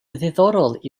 ddiddorol